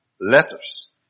letters